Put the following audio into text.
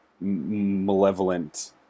malevolent